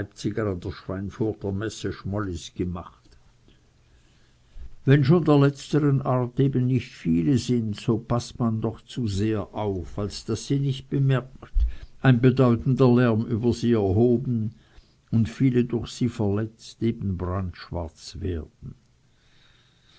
der schweinfurter messe schmollis gemacht wenn schon der letztern art eben nicht viele sind so paßt man doch zu sehr auf als daß sie nicht bemerkt ein bedeutender lärm über sie erhoben und viele durch sie verletzt eben brandschwarz werden